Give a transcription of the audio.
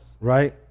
Right